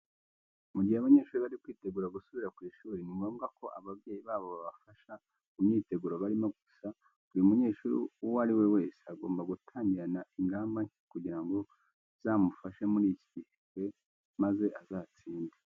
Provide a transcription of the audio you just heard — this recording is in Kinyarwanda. Mu gihe abanyeshuri bari kwitegura gusubira ku ishuri, ni ngombwa ko ababyeyi babo babafasha mu myiteguro barimo. Gusa buri munyeshuri uwo ari we wese agomba gutangirana ingamba nshya kugira ngo zizamufashe muri iki gihembwe maze azatsinde.